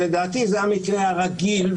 שלדעתי זה המקרה הרגיל,